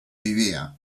vivia